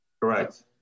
Correct